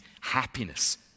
happiness